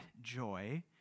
joy